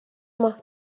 ماه